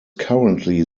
currently